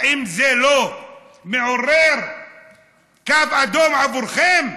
האם זה לא קו אדום עבורכם,